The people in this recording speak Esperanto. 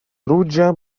ruĝa